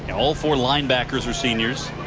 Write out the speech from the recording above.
and all four linebackers are seniors.